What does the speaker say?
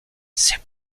c’est